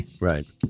Right